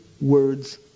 words